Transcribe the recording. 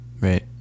right